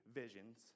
visions